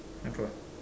nampak